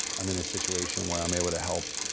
i'm in a situation where i'm able to help,